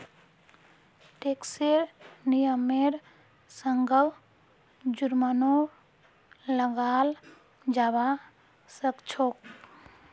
टैक्सेर नियमेर संगअ जुर्मानो लगाल जाबा सखछोक